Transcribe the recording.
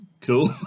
cool